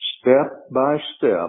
step-by-step